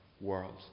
world